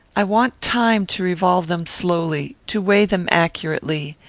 i want time to revolve them slowly, to weigh them accurately,